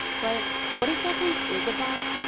but. what exactly is a bot?